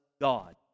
God